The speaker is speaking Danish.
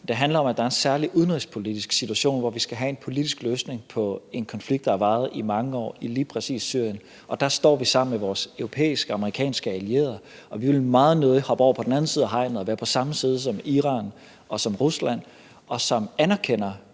Det handler om, at der er en særlig udenrigspolitisk situation, hvor vi skal have en politisk løsning på en konflikt, der har varet i mange år i lige præcis Syrien, og der står vi sammen med vores europæiske og amerikanske allierede, og vi vil meget nødig hoppe over på den anden side af hegnet og være på samme side som Iran og Rusland, som anerkender